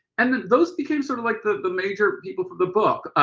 and those became sort of like the the major people for the book.